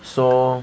so